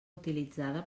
utilitzada